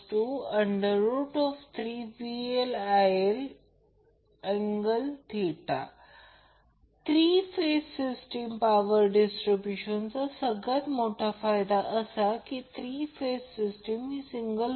तर दुसरी गोष्ट अशी आहे की वीज वितरणासाठी थ्री फेज सिस्टीमची ही दुसरी मोठी अॅडव्हांटेज आहे की थ्री फेज सिस्टीम कमी प्रमाणात वायर वापरते